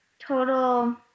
total